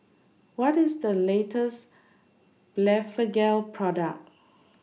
What IS The latest Blephagel Product